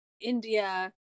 India